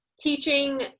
teaching